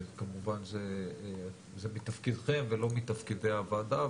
שכמובן זה מתפקידכם ולא מתפקידי הוועדה,